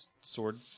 sword